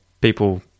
people